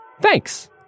Thanks